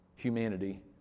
humanity